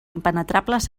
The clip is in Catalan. impenetrables